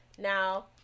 Now